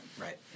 Right